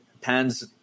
pans